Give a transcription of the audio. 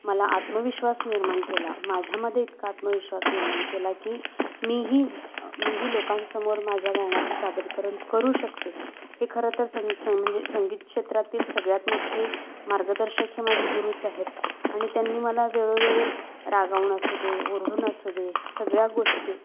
मला आत्मविश्वास निर्माण केला माझ्यामध्ये इतका आत्मविश्वास निर्माण केला की मीही मीही लोकांसमोर माझ्या गाण्याचं सादरीकरण करू शकते हे खरं तर सं सं म्हणजे संगीत क्षेत्रातील सगळ्यात मोठ्ठे मार्गदर्शक हे माझे गुरुच आहेत आणि त्यांनी मला वेळोवेळी रागावण असू दे ओरडून असू दे सगळ्या गोष्टी